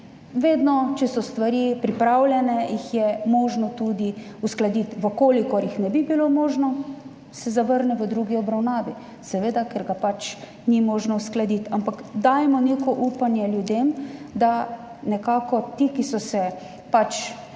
vedno, če so stvari pripravljene, jih je možno tudi uskladiti. Če jih ne bi bilo možno, se zavrne v drugi obravnavi, seveda, ker ga ni možno uskladiti. Ampak dajmo neko upanje ljudem, da nekako tem, ki so se pač